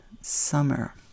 summer